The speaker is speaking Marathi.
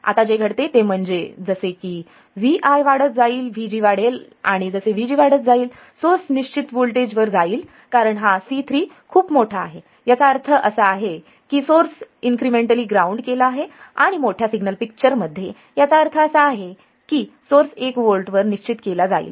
आता जे घडते ते म्हणजे जसे Vi वाढत जाईल VG वाढेल आणि जसे VG वाढत जाईल सोर्स निश्चित व्होल्टेज वर जाईल कारण हा C3 खूप मोठा आहे याचा अर्थ असा आहे की सोर्स इन्क्रिमेंटली ग्राउंड केला आहे आणि मोठ्या सिग्नल पिक्चर मध्ये याचा अर्थ असा आहे की सोर्स एक व्होल्ट वर निश्चित केला जाईल